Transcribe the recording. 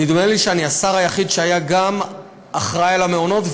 נדמה לי שאני השר היחיד שהיה גם אחראי למעונות,